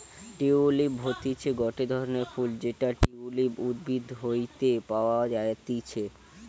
tulip হতিছে গটে ধরণের ফুল যেটা টিউলিপ উদ্ভিদ হইতে পাওয়া যাতিছে